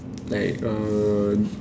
like err